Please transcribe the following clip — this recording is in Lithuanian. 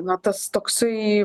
na tas toksai